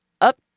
up